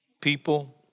people